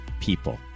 people